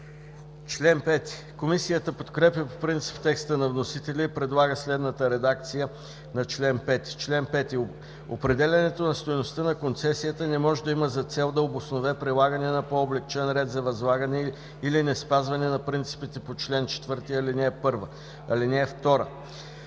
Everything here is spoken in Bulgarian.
КИРИЛОВ: Комисията подкрепя по принцип текста на вносителя и предлага следната редакция на чл. 5: „Чл. 5. (1) Определянето на стойността на концесията не може да има за цел да обоснове прилагане на по-облекчен ред за възлагане или неспазване на принципите по чл. 4, ал. 1.